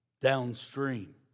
downstream